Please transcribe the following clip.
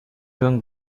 doing